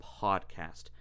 podcast